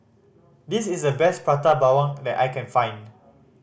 this is the best Prata Bawang that I can find